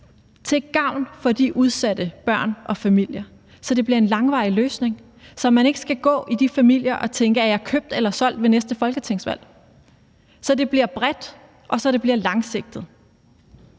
til gavn for de udsatte børn og familier, så det bliver en langvarig løsning, og så man ikke skal gå i de familier og tænke, om man er købt eller solgt ved næste folketingsvalg, så det bliver bredt, og så det bliver langsigtet.